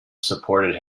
supported